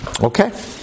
Okay